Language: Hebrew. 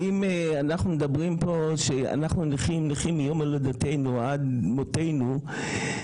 אם אנחנו מדברים פה שאנחנו נכים מיום הולדתנו ועד מותנו,